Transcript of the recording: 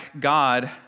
God